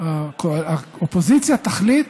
האופוזיציה תחליט.